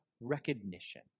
recognition